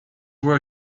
were